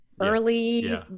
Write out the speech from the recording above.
early